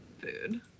food